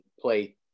play